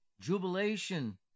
jubilation